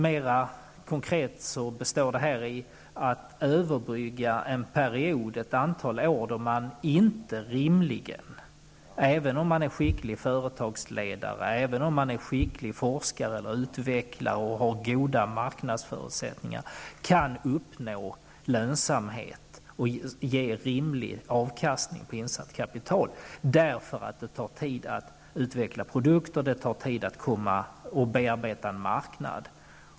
Mera konkret uttryckt består detta arbete i att överbrygga en period -- det handlar om ett antal år -- då man rimligen inte, även om det handlar om en skicklig företagsledare, forskare eller utvecklare eller om den som har goda marknadsförutsättningar, kan uppnå lönsamhet och medverka till en rimlig avkastning på insatt kapital. Det tar nämligen tid att utveckla produkter och att bearbeta en marknad.